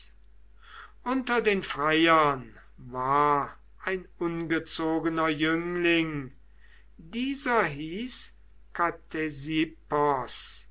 unter den freiern war ein ungezogener jüngling dieser